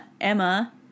emma